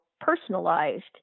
personalized